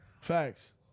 Facts